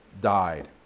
died